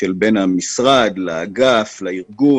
שקיימים בין המשרד לאגף ולארגון.